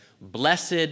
blessed